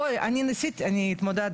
בואי אני ניסיתי אני התמודדתי,